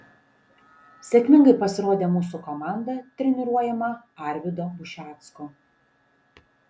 sėkmingai pasirodė mūsų komanda treniruojama arvydo bušecko